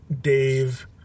Dave